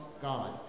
God